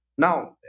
Now